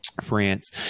France